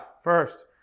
First